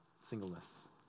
Singleness